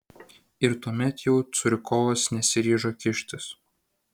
ir tuomet jau curikovas nesiryžo kištis